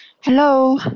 Hello